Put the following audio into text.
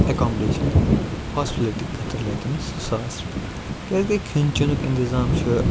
accommodation hospitality خٲطرٕ لَگہِ تٔمِس سُہ ساس رۄپیہِ کیٛازکہِ کھیٚن چَنُک اِنتِظام چھُ